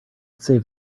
save